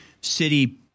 city